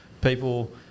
people